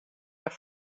har